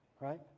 right